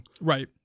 Right